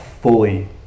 fully